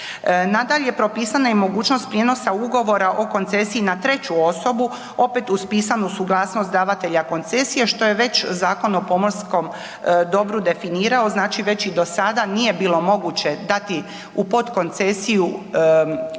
Nadalje, propisana je mogućnost prijenosa ugovora o koncesiji na treću osobu, opet uz pisanu suglasnost davanja koncesije što je već Zakon o pomorskom dobru definirao , znači već i do sada nije bilo moguće dati u potkoncesiju